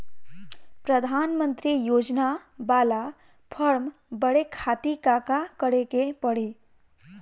प्रधानमंत्री योजना बाला फर्म बड़े खाति का का करे के पड़ी?